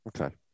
Okay